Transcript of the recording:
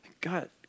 God